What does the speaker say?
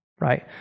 right